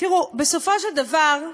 תראו, בסופו של דבר,